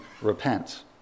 repent